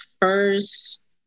first